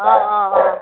অঁ অঁ অঁ